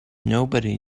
nobody